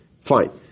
Fine